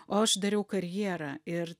o aš dariau karjerą ir